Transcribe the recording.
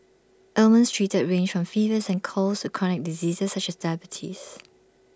ailments treated range from fevers and colds to chronic diseases such as diabetes